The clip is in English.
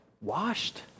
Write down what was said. washed